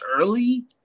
early